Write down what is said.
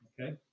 okay